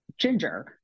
ginger